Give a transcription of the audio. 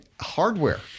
Hardware